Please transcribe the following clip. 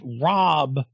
rob